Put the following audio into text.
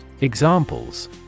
Examples